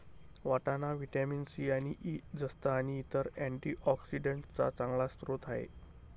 वाटाणा vitamin C आणि E, जस्त आणि इतर अँटीऑक्सिडेंट्सचा चांगला स्रोत आहे